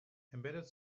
embedded